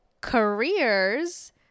careers